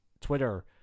Twitter